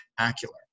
spectacular